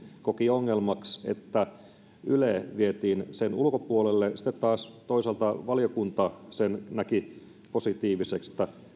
koki ongelmaksi että yle vietiin sen ulkopuolelle kun taas toisaalta valiokunta näki sen positiivisena